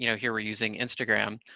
you know here we're using instagram.